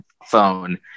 phone